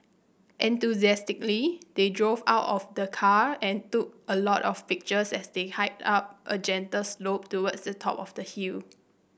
enthusiastically they drove out of the car and took a lot of pictures as they hiked up a gentle slope towards the top of the hill